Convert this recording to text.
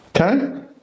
Okay